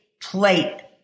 plate